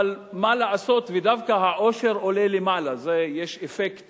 אבל מה לעשות שהעושר דווקא עולה למעלה, יש אפקט